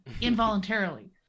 involuntarily